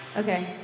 Okay